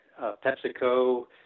PepsiCo